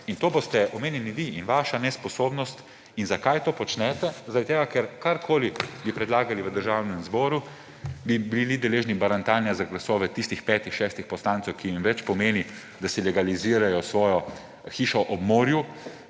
in boste omenjeni vi in vaša nesposobnost. In zakaj to počnete? Zaradi tega, ker karkoli bi predlagali v Državnem zboru, bi bili deležni barantanja za glasove tistih petih, šestih poslancev, ki jim več pomeni, da si legalizirajo svojo hišo ob morju,